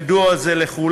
זה ידוע לכולם.